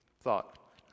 Thought